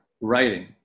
writing